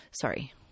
sorry